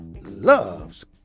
Love's